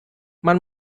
man